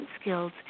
skills